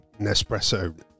Nespresso